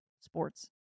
sports